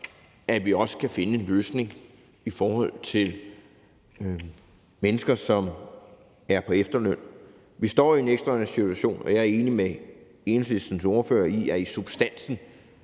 at vi også kan finde en løsning i forhold til mennesker, som er på efterløn. Vi står i en ekstraordinær situation, og jeg er enig med Enhedslistens ordfører i, at i substansen